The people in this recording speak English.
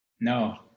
No